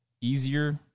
easier